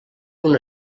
una